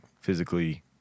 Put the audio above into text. physically